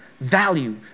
value